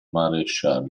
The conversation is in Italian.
maresciallo